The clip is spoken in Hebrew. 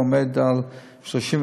ועומד על 39%,